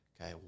Okay